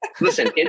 listen